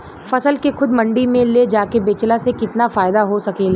फसल के खुद मंडी में ले जाके बेचला से कितना फायदा हो सकेला?